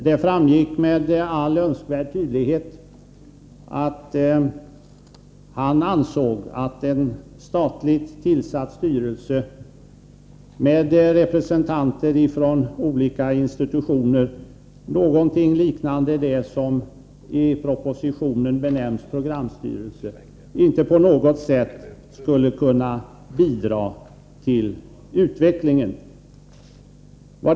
Det framgick med all önskvärd tydlighet att han ansåg att en statligt tillsatt styrelse med representanter för olika institutioner, någonting liknande det som i propositionen benämns programstyrelse, inte på något sätt skulle bidra till att föra utvecklingen framåt.